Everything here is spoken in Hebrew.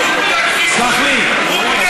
סלח לי,